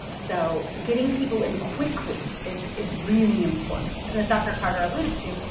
so getting people in quickly is is really important and as dr. carter alluded to,